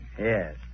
Yes